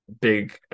big